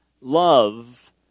Love